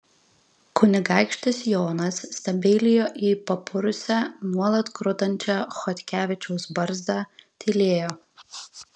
kunigaikštis jonas stebeilijo į papurusią nuolat krutančią chodkevičiaus barzdą tylėjo